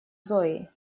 зои